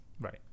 Right